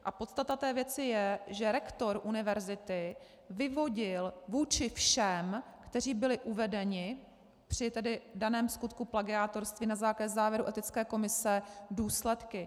A podstata té věci je, že rektor univerzity vyvodil vůči všem, kteří byli uvedeni při daném skutku plagiátorství, na základě závěru etické komise důsledky.